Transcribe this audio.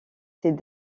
ces